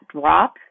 drop